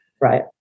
Right